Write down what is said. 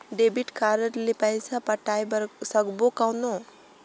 Debit card ले पइसा पटाय बार सकबो कौन?